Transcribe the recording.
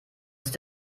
ist